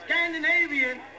Scandinavian